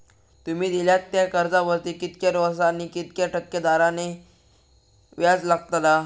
तुमि दिल्यात त्या कर्जावरती कितक्या वर्सानी कितक्या टक्के दराने व्याज लागतला?